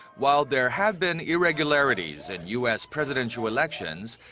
while there have been irregularities in u s. presidential elections,